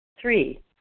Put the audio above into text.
Three